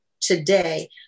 today